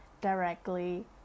directly